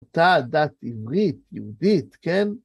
דת עברית, יהודית, כן?